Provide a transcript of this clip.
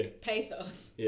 pathos